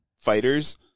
fighters